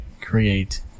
create